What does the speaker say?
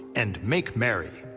and make merry.